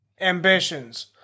ambitions